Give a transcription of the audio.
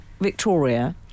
Victoria